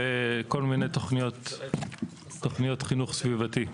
וכל מיני תוכניות חינוך סביבתי.